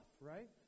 right